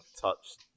touched